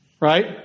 Right